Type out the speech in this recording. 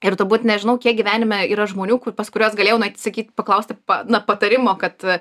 ir turbūt nežinau kiek gyvenime yra žmonių pas kuriuos galėjau nueit sakyt paklausti pa na patarimo kad